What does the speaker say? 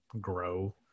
grow